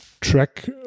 track